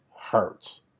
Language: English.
hurts